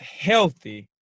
healthy